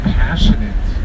passionate